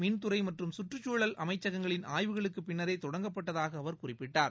மின்துறை மற்றும் சுற்றுச்சுழல் அமைச்சகங்களின் ஆய்வுகளுக்குப் பின்னரே தொடங்கப்பட்டதாக அவர் குறிப்பிட்டார்